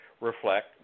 reflect